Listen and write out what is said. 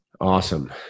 Awesome